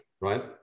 right